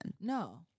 No